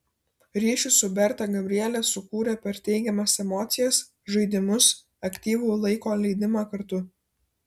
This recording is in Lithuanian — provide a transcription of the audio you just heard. ryšį su berta gabrielė sukūrė per teigiamas emocijas žaidimus aktyvų laiko leidimą kartu